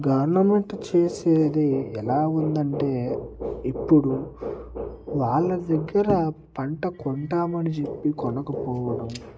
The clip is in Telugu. గవర్నమెంట్ చేసేది ఎలా ఉందంటే ఇప్పుడు వాళ్ళ దగ్గర పంట కొంటామని చెప్పి కొనకపోవడం